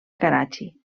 karachi